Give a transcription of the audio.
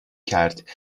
کرد